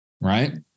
right